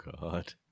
God